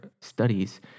studies